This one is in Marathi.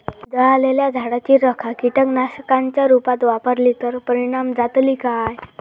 जळालेल्या झाडाची रखा कीटकनाशकांच्या रुपात वापरली तर परिणाम जातली काय?